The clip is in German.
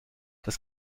das